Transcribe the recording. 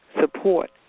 support